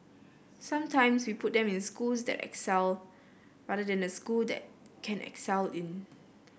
sometimes we put them in schools that excel rather than a school that can excel in